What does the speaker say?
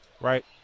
right